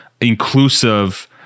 inclusive